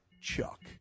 Chuck